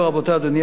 אדוני היושב-ראש,